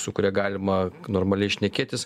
su kuria galima normaliai šnekėtis